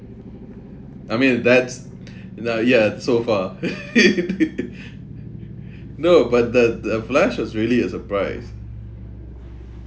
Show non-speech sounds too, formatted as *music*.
I mean that's *breath* uh ya so far *laughs* no but the the flash was really a surprise